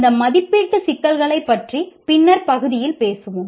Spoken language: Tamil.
இந்த மதிப்பீட்டு சிக்கல்களைப் பற்றி பின்னர் பகுதியில் பேசுவோம்